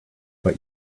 but